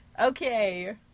Okay